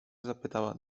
zapytała